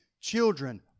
Children